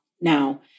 now